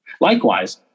Likewise